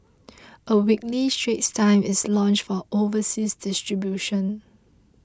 a weekly Straits Times is launched for overseas distribution